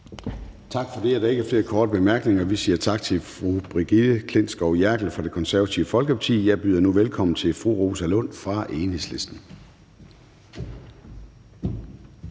Tak for det. Der er ikke flere korte bemærkninger. Vi siger tak til fru Brigitte Klintskov Jerkel fra Det Konservative Folkeparti. Jeg byder nu velkommen til fru Rosa Lund fra Enhedslisten.